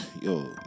yo